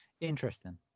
Interesting